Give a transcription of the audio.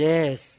Yes